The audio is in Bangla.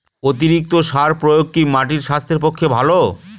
অতিরিক্ত সার প্রয়োগ কি মাটির স্বাস্থ্যের পক্ষে ভালো?